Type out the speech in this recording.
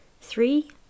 Three